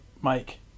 Mike